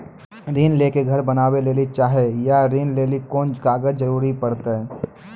ऋण ले के घर बनावे लेली चाहे या ऋण लेली कोन कागज के जरूरी परतै?